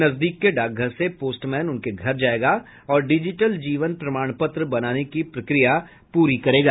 नजदीक के डाकघर से पोस्टमैन उनके घर जाएगा और डिजिटल जीवन प्रमाणपत्र बनाने की प्रक्रिया प्ररी करेगा